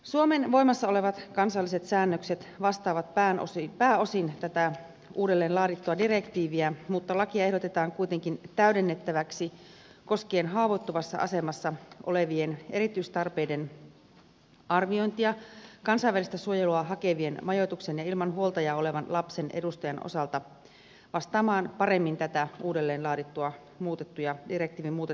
suomen voimassa olevat kansalliset säännökset vastaavat pääosin tätä uudelleenlaadittua direktiiviä mutta lakia ehdotetaan kuitenkin täydennettäväksi haavoittuvassa asemassa olevien erityistarpeiden arvioinnin kansainvälistä suojelua hakevien majoituksen ja ilman huoltajaa olevan lapsen edustajan osalta vastaamaan paremmin näitä direktiivin uudelleenlaadittuja muutettuja irti muuta